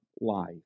life